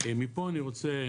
מפה אני רוצה